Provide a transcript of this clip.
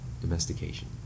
domestication